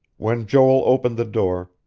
when joel opened the door,